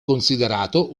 considerato